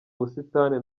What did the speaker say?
busitani